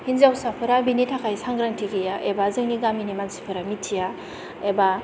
हिनजावसाफोरा बेनि थाखाय सांग्रांथि गैया एबा जोंनि गामिनि मानसिफोरा मिथिया एबा